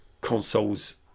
consoles